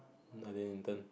I didn't intern